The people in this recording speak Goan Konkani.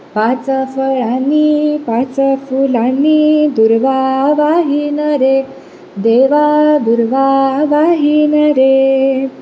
पांच फळांनी पांच फुलांनी दुर्वा वाहीन रे देवा दुर्वा वाहीन रे